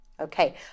Okay